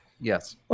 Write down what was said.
Yes